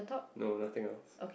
no nothing else